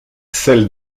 celle